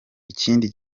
ikindi